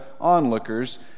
onlookers